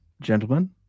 Gentlemen